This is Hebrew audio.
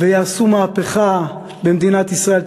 ויעשו מהפכה במדינת ישראל.